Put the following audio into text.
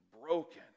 broken